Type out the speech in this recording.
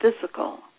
physical